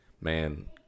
Man